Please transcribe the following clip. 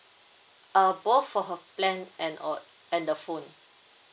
uh both of her plan and uh and the phone